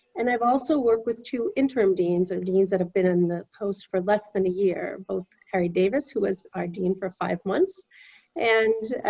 and i've also worked with two interim deans or deans that have been in the post for less than a year, both harry davis, who was our dean for five months and